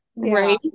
right